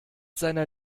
seiner